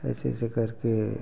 ऐसे ऐसे करके